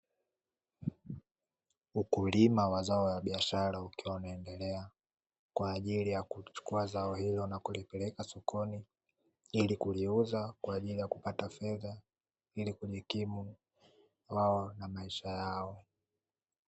Ukulima wa zao la biashara ukiwa unaendelea kwa ajili ya kuchukua zao hilo na kulipeleka sokoni, ili kuliuza kwa ajili ya kupata fedha ili kujikimu wao na maisha yao.